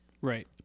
right